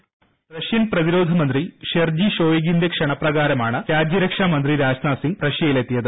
voice റഷ്യൻ പ്രതിരോധ മന്ത്രി ഷെർജി ഷോയിഗിന്റെ ക്ഷണപ്രകാരമാണ് രാജ്യരക്ഷാമന്ത്രി രാജ്നാഥ് സിങ് റഷ്യയിലെത്തിയത്